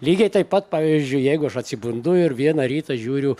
lygiai taip pat pavyzdžiui jeigu aš atsibundu ir vieną rytą žiūriu